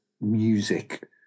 music